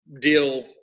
deal